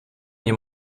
nie